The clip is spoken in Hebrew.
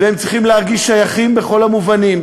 והם צריכים להרגיש שייכים בכל המובנים,